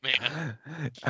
man